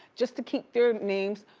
just to keep their names,